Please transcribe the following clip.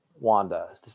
Wanda